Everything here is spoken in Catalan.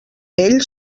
ell